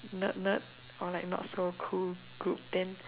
nerd nerd or like not so cool group then